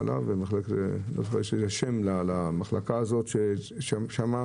יש למחלקה הזאת שם.